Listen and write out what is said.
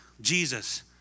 Jesus